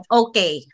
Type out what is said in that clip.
okay